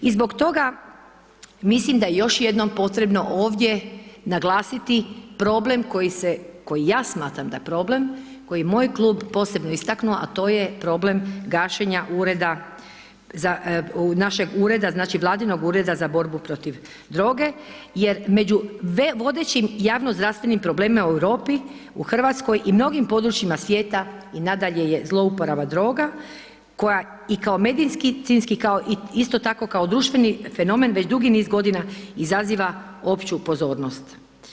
I zbog toga mislim da je još jednom potrebno ovdje naglasiti problem koji se, koji ja smatram da je problem, koji je moj klub posebno istaknuo, a to je problem gašenja ureda za, našeg ureda znači Vladinog Ureda za borbu protiv droge, jer među vodećim javnozdravstvenim problemima u Europi, u Hrvatskoj i mnogim područjima svijeta i nadalje je zlouporaba droga koja i kao medicinski kao isto tako kao društveni fenomen već dugi niz godina izaziva opću pozornost.